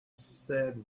said